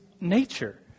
nature